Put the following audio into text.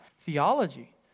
theology